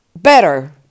Better